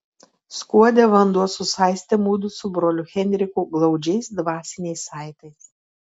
skuode vanduo susaistė mudu su broliu henriku glaudžiais dvasiniais saitais